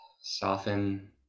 Soften